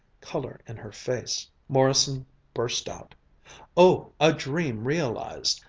color in her face. morrison burst out oh, a dream realized!